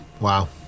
Wow